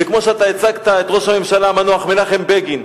וכמו שאתה הצגת את ראש הממשלה המנוח מנחם בגין,